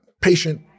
patient